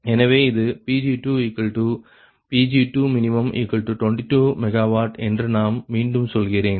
எனவே இது Pg2Pg2min22 MW என்று நான் மீண்டும் சொல்கிறேன்